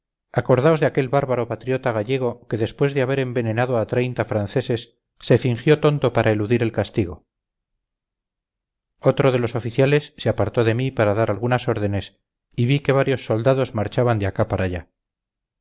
acordaos de aquel bárbaro patriota gallego que después de haber envenenado a treinta franceses se fingió tonto para eludir el castigo otro de los oficiales se apartó de mí para dar algunas órdenes y vi que varios soldados marchaban de acá para allá